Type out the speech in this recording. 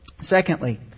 Secondly